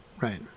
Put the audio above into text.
right